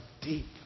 deep